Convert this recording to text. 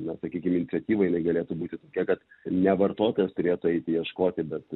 na sakykim iniciatyva jinai galėtų būti tokia kad ne vartotojas turėtų eiti ieškoti bet